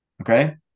okay